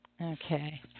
Okay